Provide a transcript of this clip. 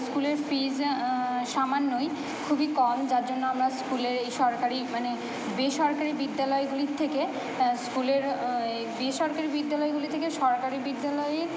স্কুলের ফিস সামান্যই খুবই কম যার জন্য আমরা স্কুলের এই সরকারি মানে বেসরকারি বিদ্যালয়গুলির থেকে স্কুলের এই বেসরকারি বিদ্যালয়গুলি থেকে সরকারি বিদ্যালয়ের